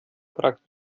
fragte